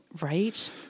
Right